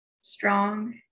strong